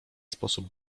sposób